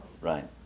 Right